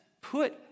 put